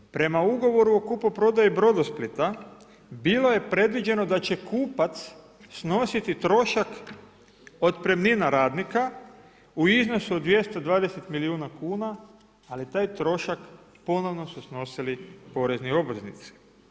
Dalje, prema ugovoru o kupoprodaji Brodosplita bilo je predviđeno da će kupac snositi trošak otpremnina radnika u iznosu od 220 milijuna kuna, ali taj trošak ponovno su snosili porezni obveznici.